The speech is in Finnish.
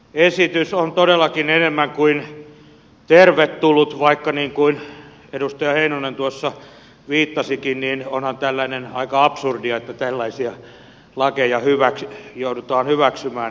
esitys on todellakin enemmän kuin tervetullut vaikka niin kuin edustaja heinonen tuossa viittasikin onhan tällainen aika absurdia että tällaisia lakeja joudutaan hyväksymään